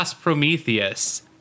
Prometheus